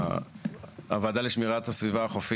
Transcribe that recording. כיוון שהוועדה לשמירת הסביבה החופית,